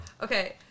Okay